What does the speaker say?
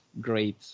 great